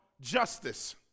justice